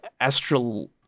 astral